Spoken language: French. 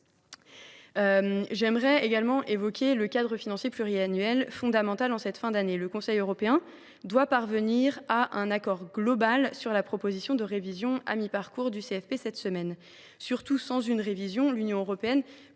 J’aimerais également évoquer le cadre financier pluriannuel, fondamental en cette fin d’année. Le Conseil européen doit parvenir à un accord global sur la proposition de révision à mi parcours du CFP cette semaine. Surtout, sans une révision, l’Union européenne